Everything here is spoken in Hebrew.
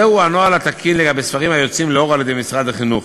זהו הנוהל התקין לגבי ספרים היוצאים לאור על-ידי משרד החינוך.